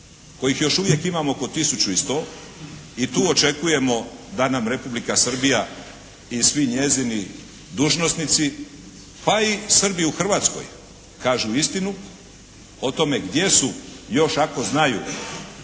kojih još uvijek imamo oko 1100. I tu očekujemo da nam Republika Srbija i svi njezini dužnosnici pa i Srbi u Hrvatskoj kažu istinu o tome gdje su još ako znaju,